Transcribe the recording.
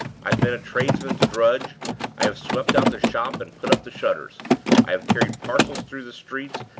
i have been a tradesman's drudge i have swept out the shop and put up the shutters i have carried parcels through the street,